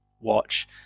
watch